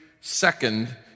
second